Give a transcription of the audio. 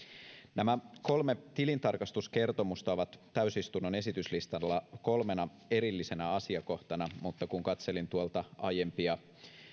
nämä kolme tilintarkastuskertomusta ovat täysistunnon esityslistalla kolmena erillisenä asiakohtana mutta kun katselin aiempia